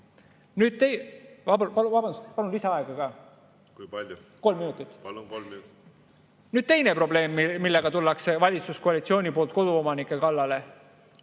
Nüüd teine probleem, millega valitsuskoalitsioon koduomanike kallale